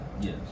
Yes